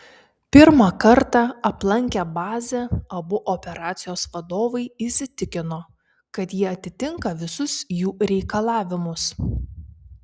pirmą kartą aplankę bazę abu operacijos vadovai įsitikino kad ji atitinka visus jų reikalavimus